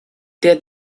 der